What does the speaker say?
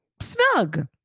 snug